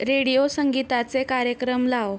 radio संगीताचे कार्यक्रम लाव